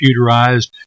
computerized